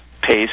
pace